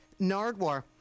Nardwar